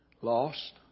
Lost